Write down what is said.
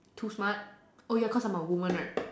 too smart ya cause I'm a woman right